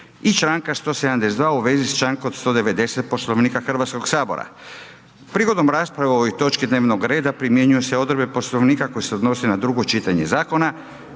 i Članka 172. u vezi s Člankom 190. Poslovnika Hrvatskog sabora. Prigodom rasprave o ovoj točki dnevnog reda primjenjuju se odredbe Poslovnika koje se odnose na drugo čitanje zakona.